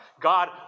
God